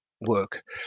work